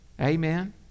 amen